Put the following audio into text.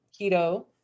keto